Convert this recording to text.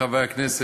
חברי הכנסת,